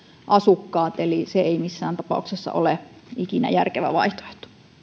asukkaat eli se ei missään tapauksessa ole ikinä järkevä vaihtoehto